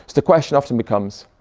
the question often becomes.